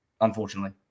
unfortunately